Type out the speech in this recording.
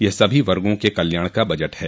यह सभी वर्गो के कल्याण का बजट है